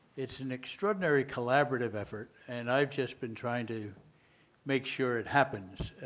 it's an extraordinary collaborative effort and i have just been trying to make sure it happens.